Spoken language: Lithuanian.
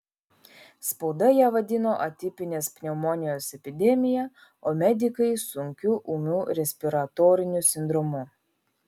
spauda ją vadino atipinės pneumonijos epidemija o medikai sunkiu ūmiu respiratoriniu sindromu